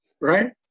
right